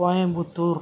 Coimbatore